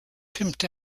pimped